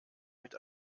mit